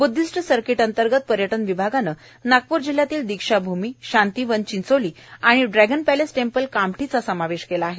Buddhist circuit अंतर्गत पर्यटन विभागाने नागपूर जिल्ह्यातील दीक्षाभूमी शांतीवन चिंचोली आणि ड्रश्वान पप्रवेस टेम्पल कामठीचा समावेश केला आहे